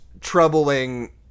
troubling